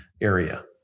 area